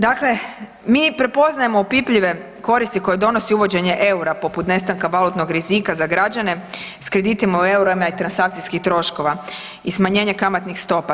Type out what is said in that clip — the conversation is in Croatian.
Dakle, mi prepoznajemo opipljive koristi koje donosi uvođenje EUR-a poput nestanka valutnog rizika za građane s kreditima u EUR-ima i transakcijskih troškova i smanjenje kamatnih stopa.